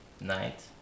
night